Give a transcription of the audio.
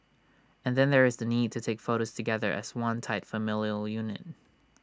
and then there is the need to take photos together as one tight familial unit